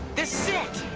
this is